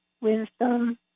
wisdom